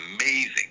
amazing